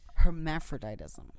Hermaphroditism